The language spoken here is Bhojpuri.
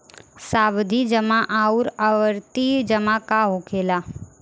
सावधि जमा आउर आवर्ती जमा का होखेला?